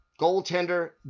goaltender